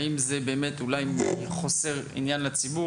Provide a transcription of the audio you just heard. האם זה באמת מחוסר עניין לציבור?